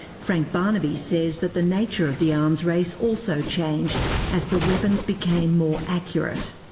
frank barnaby says that the nature of the arms race also changed as the weapons became more accurate.